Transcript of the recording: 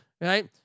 Right